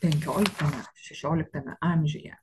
penkioliktame šešioliktame amžiuje